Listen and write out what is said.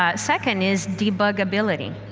ah second is debugability.